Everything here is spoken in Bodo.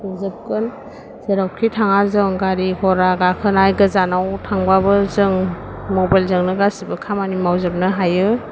नुजोबगोन जेरावखि थाङा जों गारि घरा गाखोनाय गोजानाव थांबाबो जों मबाइलजोंनो गासैबो खामानि मावजोबनो हायो